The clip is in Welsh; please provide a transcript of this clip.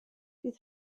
fydd